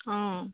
অঁ